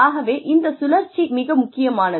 ஆகவே இந்த சுழற்சி மிக முக்கியமானது